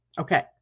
okay